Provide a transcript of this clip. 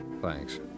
Thanks